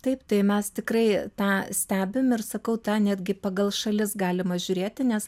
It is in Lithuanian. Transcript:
taip tai mes tikrai tą stebim ir sakau tą netgi pagal šalis galima žiūrėti nes